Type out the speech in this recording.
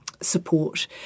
support